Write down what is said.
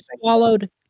swallowed